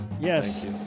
Yes